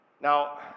Now